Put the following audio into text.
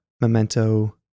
memento